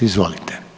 Izvolite.